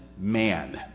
man